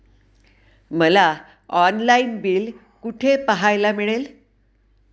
मला online bill कुठे पाहायला मिळेल?